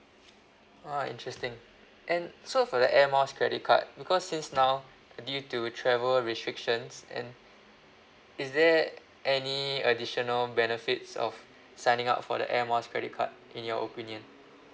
ah interesting and so for the air miles credit card because since now due to travel restrictions and is there any additional benefits of signing up for the air miles credit card in your opinion